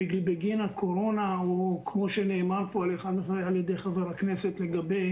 אנסה בזמן קצר לתת כמה נתונים ואיזה מסגור של החינוך החרדי בישראל.